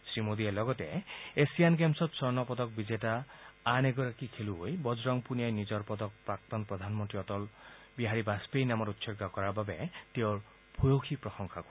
শ্ৰীমোদীয়ে লগতে এছিয়ান গেমছত স্বৰ্ণপদক বিজেতা বজ্ৰং আন এগৰাকী খেলুৱৈ পুণিয়াই নিজৰ পদক প্ৰাক্তন প্ৰধানমন্ত্ৰী প্ৰয়াত অটল বিহাৰী বাজপেয়ীৰ নামত উৎসৰ্গা কৰাৰ বাবে তেওঁৰ ভূঁয়সী প্ৰশংসা কৰে